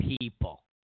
people